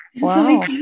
wow